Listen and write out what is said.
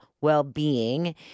Wellbeing